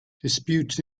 disputes